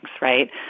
right